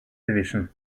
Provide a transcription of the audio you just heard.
division